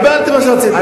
קיבלתם מה שרציתם.